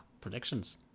predictions